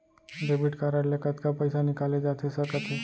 Debit card ले कतका पइसा निकाले जाथे सकत हे?